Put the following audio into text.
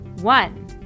One